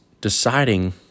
deciding